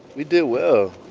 we did well.